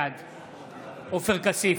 בעד עופר כסיף,